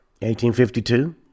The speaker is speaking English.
1852